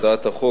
על הצעות החוק,